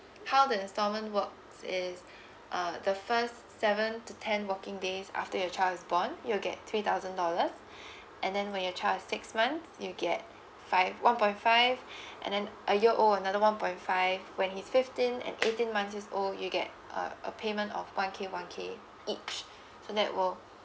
how the installment works is uh the first seven to ten working days after your child is born you'll get three thousand dollars and then when your child is six month you get five one point five and then a year old one point five when he's fifteen and eighteen months old you get a a payment of one k one k each so that will